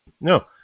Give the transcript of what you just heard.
no